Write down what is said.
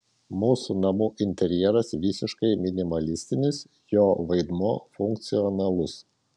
mūsų namų interjeras visiškai minimalistinis jo vaidmuo funkcionalus